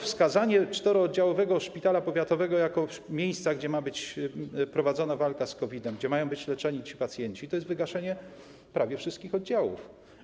Wskazanie czterooddziałowego szpitala powiatowego jako miejsca, gdzie ma być prowadzona walka z COVID-em, gdzie mają być leczeni ci pacjenci, to de facto wygaszenie prawie wszystkich jego oddziałów.